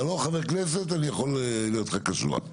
אתה לא חבר כנסת, אני יכול להיות איתך קשוח.